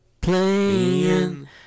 playing